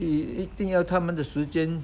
一定要他们的时间